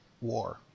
war